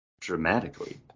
dramatically